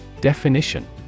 Definition